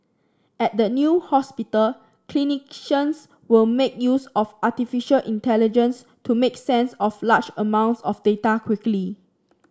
at the new hospital clinicians will make use of artificial intelligence to make sense of large amounts of data quickly